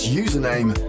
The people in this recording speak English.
username